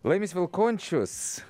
laimis vilkončius